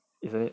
isn't it